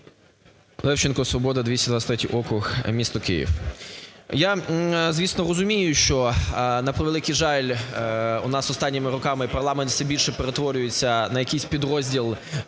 Левченко, "Свобода" 223 округ, місто Київ.